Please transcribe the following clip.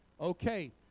Okay